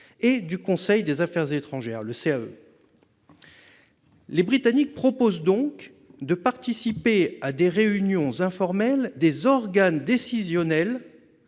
et du Conseil des affaires étrangères, le CAE. Les Britanniques proposent donc de participer à des réunions informelles des organes décisionnels